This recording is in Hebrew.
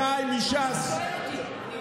אחיי מש"ס,